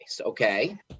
okay